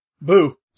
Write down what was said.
boo